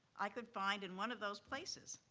i could find in one of those places.